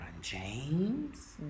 James